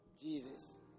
Jesus